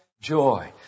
joy